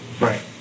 Right